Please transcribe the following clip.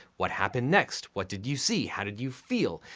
what happened next? what did you see? how did you feel?